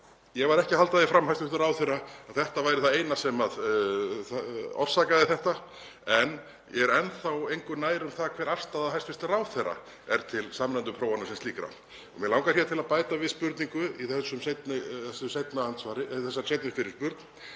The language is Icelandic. Ég var ekki að halda því fram, hæstv. ráðherra, að þetta væri það eina sem orsakaði þetta en er enn þá engu nær um það hver afstaða hæstv. ráðherra er til samræmdu prófanna sem slíkra. Mig langar til að bæta við spurningu í þessari seinni fyrirspurn